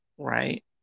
Right